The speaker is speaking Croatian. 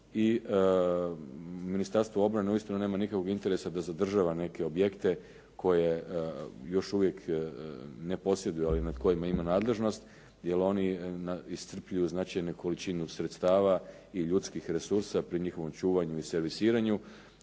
i Ministarstvo obrane uistinu nema nikakvog interesa da zadržava neke objekte koje još uvijek ne posjeduje, ali nad kojima ima nadležnost jer oni iscrpljuju značajnu količinu sredstava i ljudskih resursa pri njihovom čuvanju i servisiranju,